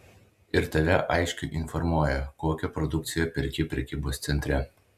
ir tave aiškiai informuoja kokią produkciją perki prekybos centre